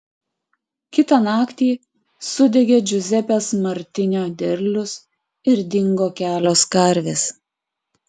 kitą naktį sudegė džiuzepės martinio derlius ir dingo kelios karvės